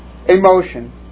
Emotion